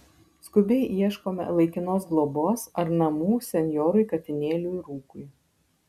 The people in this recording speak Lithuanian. skubiai ieškome laikinos globos ar namų senjorui katinėliui rūkui